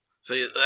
See